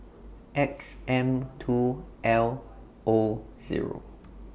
X M two L O Zero